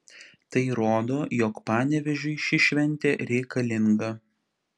tai rodo jog panevėžiui ši šventė reikalinga